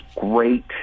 great